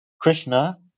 Krishna